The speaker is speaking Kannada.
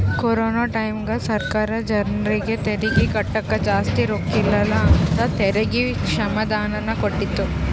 ಕೊರೊನ ಟೈಮ್ಯಾಗ ಸರ್ಕಾರ ಜರ್ನಿಗೆ ತೆರಿಗೆ ಕಟ್ಟಕ ಜಾಸ್ತಿ ರೊಕ್ಕಿರಕಿಲ್ಲ ಅಂತ ತೆರಿಗೆ ಕ್ಷಮಾದಾನನ ಕೊಟ್ಟಿತ್ತು